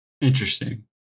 Interesting